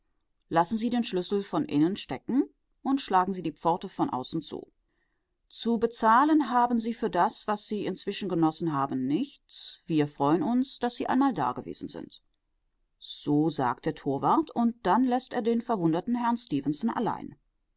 lassen sie den schlüssel von innen stecken und schlagen sie die pforte von außen zu zu bezahlen haben sie für das was sie inzwischen genossen nichts wir freuen uns daß sie einmal dagewesen sind so sagt der torwart und dann läßt er den verwunderten herrn stefenson allein